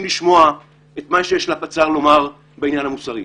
לשמוע את מה שיש לפצ"ר לומר בעניין המוסרי,